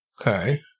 okay